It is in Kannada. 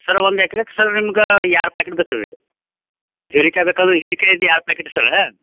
ಸರ್ ಒಂದು ಎಕ್ರೆಗೆ ಸರ್ ನಿಮ್ಗೆ ಎರಡು ಪ್ಯಾಕೇಟ್ ಬೇಕು ರೀ ಹೀರೆಕಾಯಿ ಬೇಕಂದ್ರೆ ಹೀರಿಕಾಯಿದ್ದು ಎರಡು ಪ್ಯಾಕೆಟ್ ಸರ